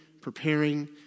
preparing